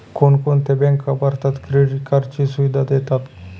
कोणकोणत्या बँका भारतात क्रेडिट कार्डची सुविधा देतात?